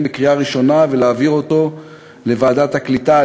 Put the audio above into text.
בקריאה הראשונה ולהעביר אותה לוועדת הקליטה,